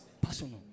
personal